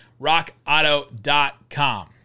rockauto.com